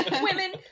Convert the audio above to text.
Women